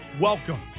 Welcome